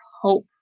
hope